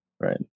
right